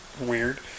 weird